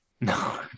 No